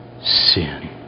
sin